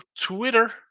Twitter